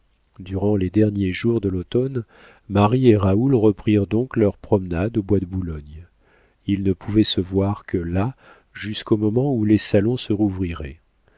durant les derniers jours de l'automne marie et raoul reprirent donc leurs promenades au bois de boulogne ils ne pouvaient se voir que là jusqu'au moment où les salons se rouvriraient